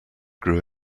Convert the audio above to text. grew